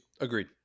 Agreed